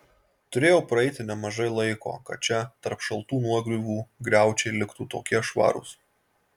turėjo praeiti nemažai laiko kad čia tarp šaltų nuogriuvų griaučiai liktų tokie švarūs